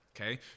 okay